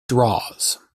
draws